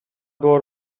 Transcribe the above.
było